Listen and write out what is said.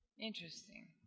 Interesting